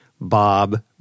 Bob